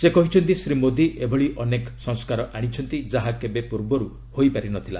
ସେ କହିଛନ୍ତି ଶ୍ରୀ ମୋଦି ଏଭଳି ଅନେକ ସଂସ୍କାର ଆଣିଛନ୍ତି ଯାହା କେବେ ପୂର୍ବରୁ ହୋଇପାରିନଥିଲା